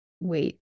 wait